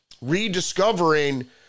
rediscovering